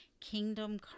kingdom